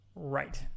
right